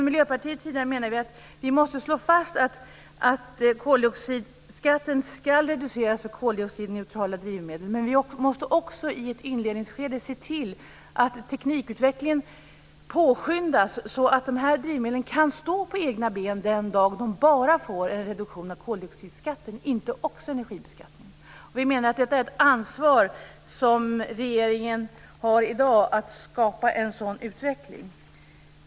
Miljöpartiet menar att vi måste slå fast att koldioxidskatten ska reduceras för koldioxidneutrala drivmedel. Vi måste också i ett inledningsskede se till att teknikutvecklingen påskyndas, så att de här drivmedlen kan stå på egna ben den dag de får en reduktion av bara koldioxidskatten och inte av energiskatten. Vi menar att regeringen i dag har ett ansvar för att skapa en sådan utveckling.